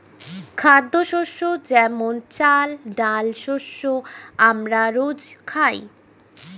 খাদ্যশস্য যেমন চাল, ডাল শস্য আমরা রোজ খাই